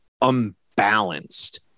unbalanced